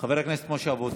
חבר הכנסת משה אבוטבול,